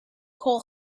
coal